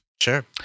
Sure